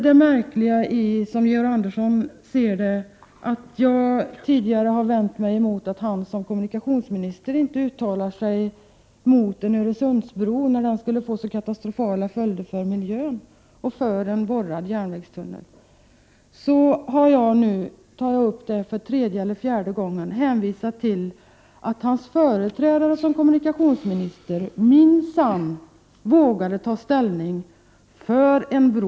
Georg Andersson ser det som märkligt att jag tidigare har vänt mig emot att han som kommunikationsminister inte uttalar sig mot en Öresundsbro, som ju skulle få så katastrofala följder för miljön, och för en borrad järnvägstunnel. Jag vill nu för tredje eller fjärde gången hänvisa till att hans föregångare som kommunikationsminister minsann vågade ta ställning för en bro.